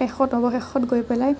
শেষত অৱশেষত গৈ পেলাই